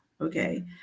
okay